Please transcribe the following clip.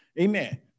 Amen